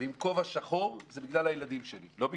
ועם כובע שחור זה בגלל הילדים שלי, לא בגללי,